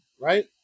right